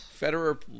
Federer